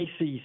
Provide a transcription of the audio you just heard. ACC